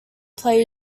play